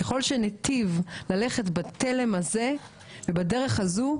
ככל שניטיב ללכת בתלם הזה ודרך הזו,